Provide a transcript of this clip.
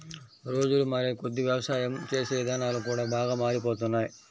రోజులు మారేకొద్దీ యవసాయం చేసే ఇదానాలు కూడా బాగా మారిపోతున్నాయ్